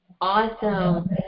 Awesome